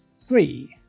three